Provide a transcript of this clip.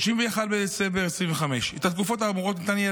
31 בדצמבר 2025. את התקופות האמורות ניתן יהיה